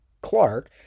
Clark